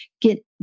get